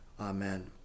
Amen